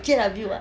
J_W ah